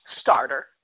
starter